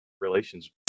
relations